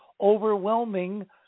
overwhelming